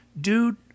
Dude